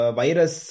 virus